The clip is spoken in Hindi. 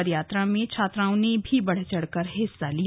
पदयात्रा में छात्राओं ने भी बढ़चढ़ कर हिस्सा लिया